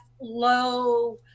low